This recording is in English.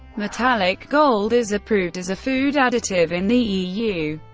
metallic gold is approved as a food additive in the eu.